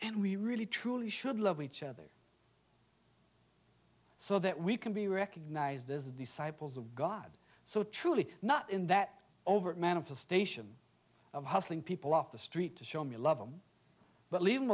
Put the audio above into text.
and we really truly should love each other so that we can be recognized as disciples of god so truly not in that overt manifestation of hustling people off the street to show me love him but leave